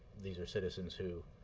these are citizens who